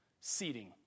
Seating